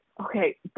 okay